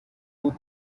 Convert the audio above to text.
who